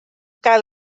gael